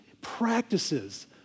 practices